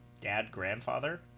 Dad-grandfather